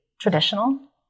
traditional